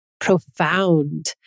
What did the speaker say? profound